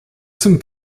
zum